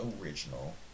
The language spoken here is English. original